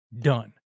done